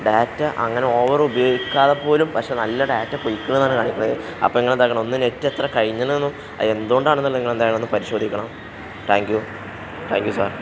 data അങ്ങനെ over ഉപയോഗിക്കാതെ പോലും പക്ഷേ നല്ല ഡാറ്റ പോയിരിക്കുന്നതാണ് കാണിക്കുന്നത് അപ്പം നിങ്ങൾ എന്താക്കണം ഒന്ന് നെറ്റ് എത്ര കഴിഞ്ഞെന്നും എന്തുകൊണ്ടാണ് എന്നല്ല നിങ്ങൾ എന്തായാലും ഒന്ന് പരിശോധിക്കണം thank you thank you sir